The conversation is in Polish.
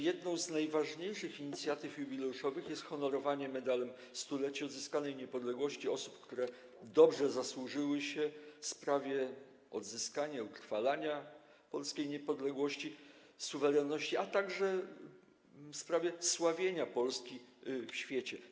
Jedną z najważniejszych inicjatyw jubileuszowych jest uhonorowanie Medalem Stulecia Odzyskanej Niepodległości osób, które dobrze zasłużyły się w sprawie odzyskania, utrwalania polskiej niepodległości, suwerenności, a także sprawie sławienia Polski w świecie.